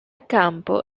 campo